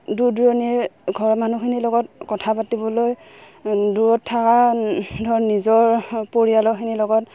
দূৰ দূৰণিৰ ঘৰৰ মানুহখিনিৰ লগত কথা পাতিবলৈ দূৰত থকা ধৰ নিজৰ পৰিয়ালৰখিনিৰ লগত